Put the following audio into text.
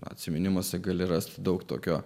atsiminimuose gali rasti daug tokio